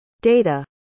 data